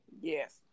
Yes